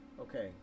okay